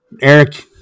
Eric